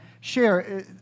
share